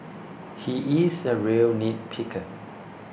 he is a real nitpicker